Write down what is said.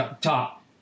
top